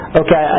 okay